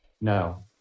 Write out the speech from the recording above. No